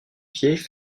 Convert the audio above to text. vieilles